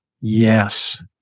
yes